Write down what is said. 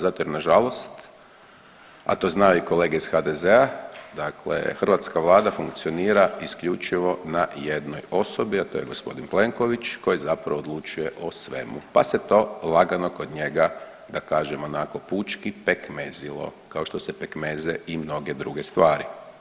Zato jer nažalost, a to znaju i kolege iz HDZ-a, dakle hrvatska Vlada funkcionira isključivo na jednoj osobi, a to je g. Plenković koji zapravo odlučuje o svemu pa se to lagano kod njega, da kažem onako pučki, pekmezilo, kao što se pekmeze i mnoge druge stvari.